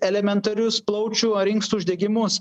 elementarius plaučių ar inkstų uždegimus